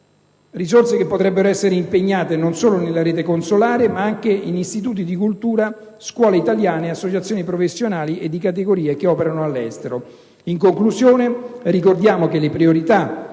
Risorse che potrebbero essere impiegate non solo nella rete consolare, ma anche in istituti di cultura, scuole italiane, associazioni professionali e di categoria che operano all'estero.